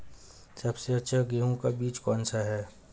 सबसे अच्छा गेहूँ का बीज कौन सा है?